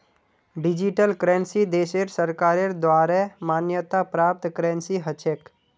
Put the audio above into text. digital currency देशेर सरकारेर द्वारे मान्यता प्राप्त करेंसी ह छेक